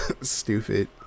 stupid